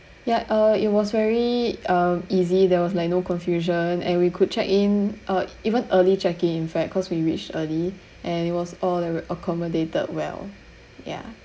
ya uh it was very uh easy there was like no confusion and we could check in uh even early check in in fact cause we reached early and it was all are accommodated well ya